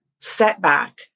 setback